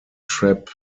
trap